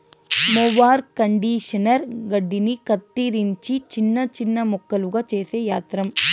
mower conditioner గడ్డిని కత్తిరించి చిన్న చిన్న ముక్కలుగా చేసే యంత్రం